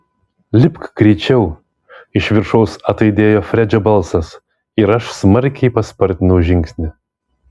lipk greičiau iš viršaus ataidėjo fredžio balsas ir aš smarkiai paspartinau žingsnį